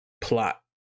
plot